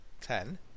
ten